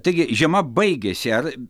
taigi žiema baigėsi ar